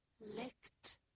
Licked